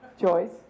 Joyce